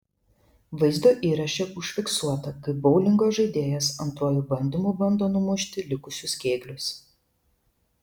vaizdo įraše užfiksuota kaip boulingo žaidėjas antruoju bandymu bando numušti likusius kėglius